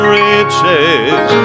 riches